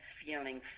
feeling